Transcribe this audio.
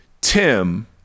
Tim